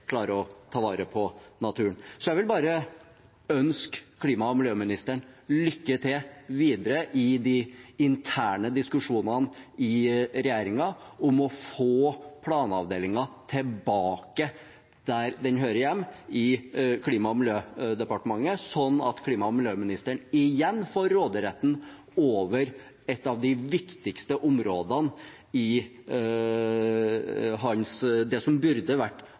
å ta vare på naturen. Så jeg vil bare ønske klima- og miljøministeren lykke til videre i de interne diskusjonene i regjeringen om å få planavdelingen tilbake der den hører hjemme, i Klima- og miljødepartementet, slik at klima- og miljøministeren igjen får råderetten over et av de viktigste områdene i det som burde vært